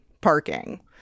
parking